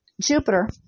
jupiter